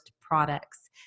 products